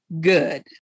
good